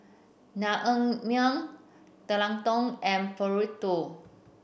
Naengmyeon Tekkadon and Burrito